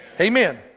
Amen